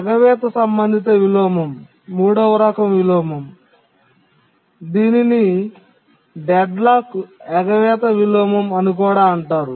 ఎగవేత సంబంధిత విలోమం మూడవ రకం విలోమం దీనిని డెడ్లాక్ ఎగవేత విలోమం అని కూడా అంటారు